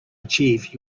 achieve